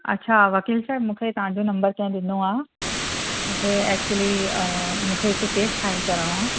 अछा वकील साहिबु मूंखे तव्हांजो नंबरु कंहिं ॾिनो आहे मूंखे एक्चुली मूंखे हिकु केस फाइल करणो आहे